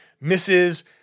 misses